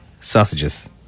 sausages